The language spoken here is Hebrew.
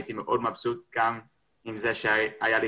הייתי מאוד מבסוט גם עם זה שהיה לי